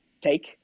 take